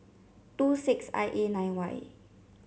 two six I A nine Y